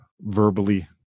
verbally